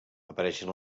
apareixen